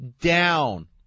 down